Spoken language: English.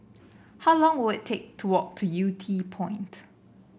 how long will it take to walk to Yew Tee Point